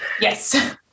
Yes